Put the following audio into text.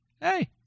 Hey